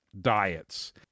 diets